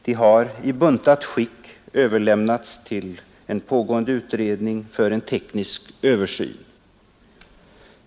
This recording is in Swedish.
De har i buntat skick överlämnats till en pågående utredning för en teknisk översyn.